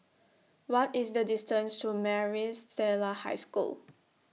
What IS The distance to Maris Stella High School